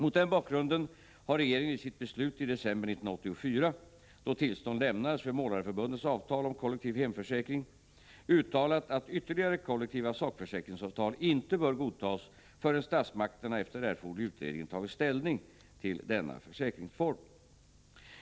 Mot denna bakgrund har regeringen i sitt beslut i december 1984, då tillstånd lämnades för Målareförbundets avtal om kollektiv hemförsäkring, uttalat att ytterligare kollektiva sakförsäkringsavtal inte bör godtas förrän statsmakterna efter erforderlig utredning tagit ställning till denna försäkringsform.